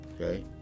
Okay